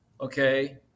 okay